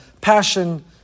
passion